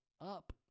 up